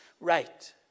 right